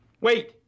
wait